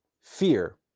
fear